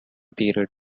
period